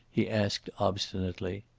he asked obstinately.